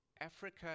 Africa